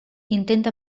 intenta